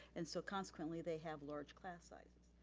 and so consequently, they have large class sizes.